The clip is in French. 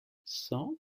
cent